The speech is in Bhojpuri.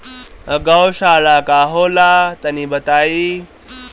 गौवशाला का होला तनी बताई?